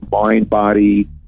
mind-body